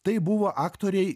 tai buvo aktoriai